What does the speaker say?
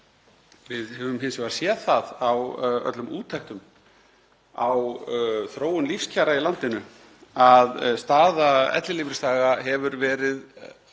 Við höfum hins vegar séð það í öllum úttektum á þróun lífskjara í landinu að staða ellilífeyrisþega hefur farið batnandi